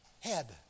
head